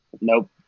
Nope